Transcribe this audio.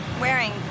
wearing